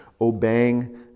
obeying